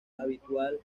habitual